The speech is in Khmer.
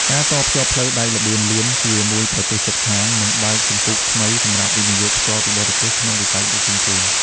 ការតភ្ជាប់ផ្លូវដែកល្បឿនលឿនជាមួយប្រទេសជិតខាង នឹងបើកជំពូកថ្មីសម្រាប់ វិនិយោគផ្ទាល់ពីបរទេស ក្នុងវិស័យដឹកជញ្ជូន។